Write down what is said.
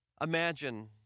imagine